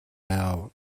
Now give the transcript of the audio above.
out